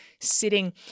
sitting